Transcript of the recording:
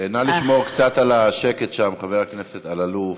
נא לשמור קצת על השקט שם, חבר הכנסת אלאלוף.